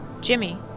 Jimmy